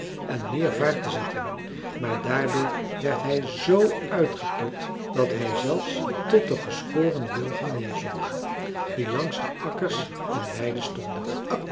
en meer vaart te zetten maar daardoor werd hij z uitgeput dat hij zelfs tot de geschoren wilgen neerzonk die langs de akkers en weiden stonden